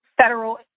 federal